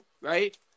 right